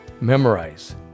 memorize